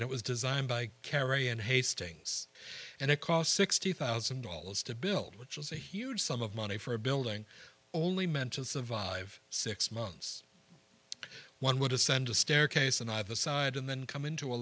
pavilion it was designed by kerry and hastings and it cost sixty thousand dollars to build which was a huge sum of money for a building only meant to survive six months one would ascend a staircase in either side and then come into a